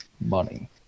money